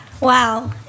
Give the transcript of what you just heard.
Wow